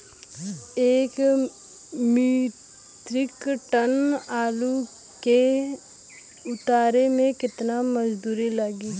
एक metric ton आलू के उतारे मे कितना मजदूर लागि?